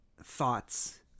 thoughts